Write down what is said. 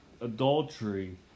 adultery